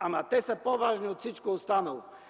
Ама те са по-важни от всичко останало,